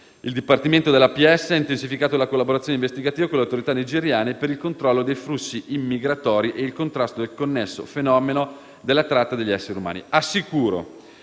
il Dipartimento della pubblica sicurezza ha intensificato la collaborazione investigativa con le autorità nigeriane per il controllo dei flussi immigratori e il contrasto del connesso fenomeno della tratta degli esseri umani.